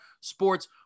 sports